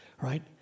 right